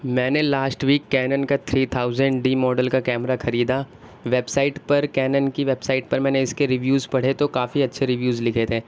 میں نے last week Canon کا تھری تھاؤزینڈ ڈی ماڈل کا کیمرا خریدا ویبسائٹ پر کینن کی ویبسائٹ پر میں نے اس کے ریویوز پڑھے تو کافی اچھے ریویوز لکھے تھے